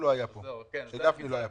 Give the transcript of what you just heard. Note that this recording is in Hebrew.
לא אומרים עלינו שאנחנו גוף